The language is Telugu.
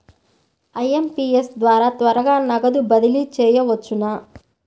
ఐ.ఎం.పీ.ఎస్ ద్వారా త్వరగా నగదు బదిలీ చేయవచ్చునా?